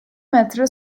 metre